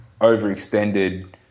overextended